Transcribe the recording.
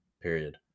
period